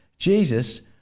Jesus